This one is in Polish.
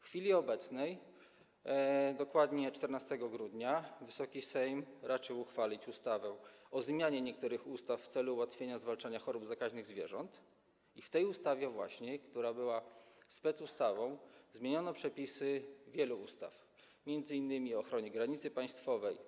W chwili obecnej, dokładnie 14 grudnia, Wysoki Sejm raczył uchwalić ustawę o zmianie niektórych ustaw w celu ułatwienia zwalczania chorób zakaźnych zwierząt i w tej ustawie właśnie, która była specustawą, zmieniono przepisy wielu ustaw, m.in. o ochronie granicy państwowej,